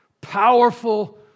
powerful